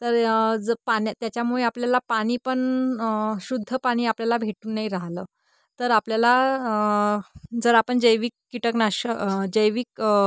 तर य ज पाण्या त्याच्यामुळे आपल्याला पाणी पण शुद्ध पाणी आपल्याला भेटून नाही राहिलं तर आपल्याला जर आपण जैविक कीटकनाशक जैविक